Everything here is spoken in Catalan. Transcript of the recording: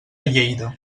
lleida